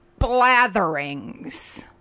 blatherings